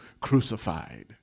crucified